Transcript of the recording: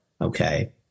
Okay